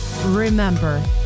remember